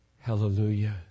hallelujah